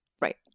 Right